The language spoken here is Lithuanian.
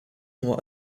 nuo